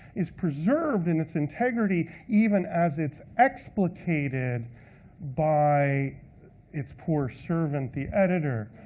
is preserved in its integrity, even as it's explicated by its poor servant, the editor.